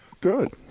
Good